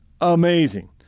Amazing